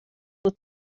will